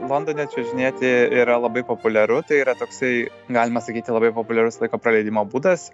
londone čiuožinėti yra labai populiaru tai yra toksai galima sakyti labai populiarus laiko praleidimo būdas